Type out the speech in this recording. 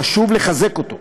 חשוב לחזק אותו.